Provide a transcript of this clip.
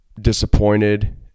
disappointed